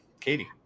Katie